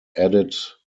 added